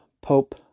Pope